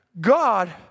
God